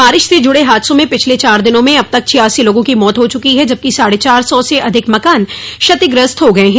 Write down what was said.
बारिश से जुड़े हादसों में पिछले चार दिनों में अब तक छियासी लोगों की मौत हो च्की है जबकि साढ़े चार सौ से अधिक मकान क्षतिग्रस्त हो गये हैं